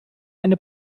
eine